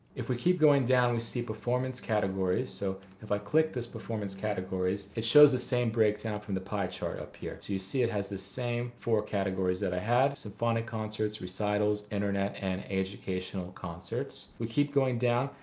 if we keep going down we see performance categories. so if i click this performance categories it shows the same breakdown from the pie chart up here, so you see it has the same four categories that i had symphonic concerts, recitals, internet, and educational concerts. we keep going down,